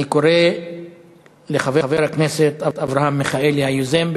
אני קורא לחבר הכנסת אברהם מיכאלי, היוזם.